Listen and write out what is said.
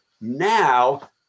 now